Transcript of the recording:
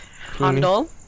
Handel